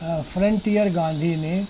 frontier Gandhi نے